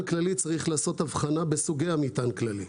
כללי צריך לעשות הבחנה בין סוגי המטען הכללי.